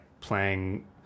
playing